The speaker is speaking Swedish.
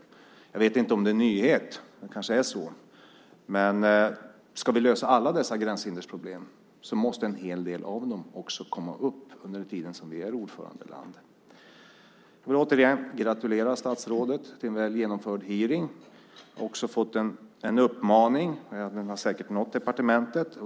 Jag vet inte om det är en nyhet, det kanske är så, men ska vi lösa alla dessa gränshindersproblem måste en hel del av dem också komma upp under den tid då vi är ordförandeland. Får jag återigen gratulera statsrådet till en väl genomförd hearing. Jag har också fått en uppmaning, och den har säkert även nått departementet.